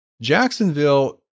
Jacksonville